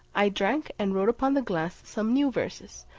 i drank, and wrote upon the glass some new verses,